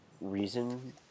reason